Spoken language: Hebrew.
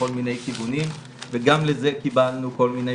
בכל מיני כיוונים וגם לזה קיבלנו כל מיני